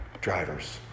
drivers